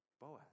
Boaz